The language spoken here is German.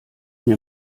mir